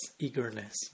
eagerness